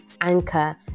anchor